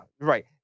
right